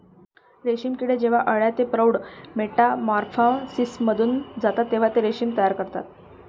रेशीम किडे जेव्हा अळ्या ते प्रौढ मेटामॉर्फोसिसमधून जातात तेव्हा ते रेशीम तयार करतात